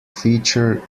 feature